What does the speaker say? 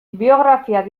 biografiak